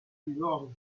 divorce